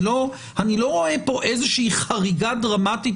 אני לא רואה פה איזושהי חריגה דרמטית